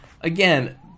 again